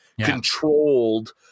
controlled